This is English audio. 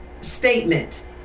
statement